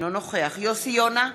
אינו נוכח יוסי יונה,